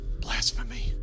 blasphemy